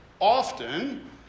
often